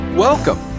Welcome